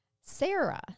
Sarah